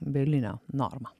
bielinio norma